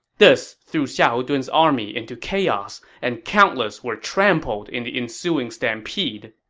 this threw xiahou dun's army into chaos, and countless were trampled in the ensuing stampede